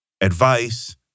advice